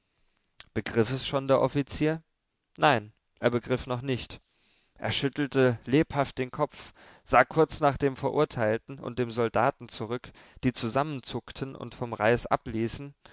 begriff es schon der offizier nein er begriff noch nicht er schüttelte lebhaft den kopf sah kurz nach dem verurteilten und dem soldaten zurück die zusammenzuckten und vom reis abließen